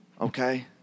okay